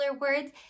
words